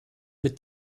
mit